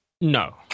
No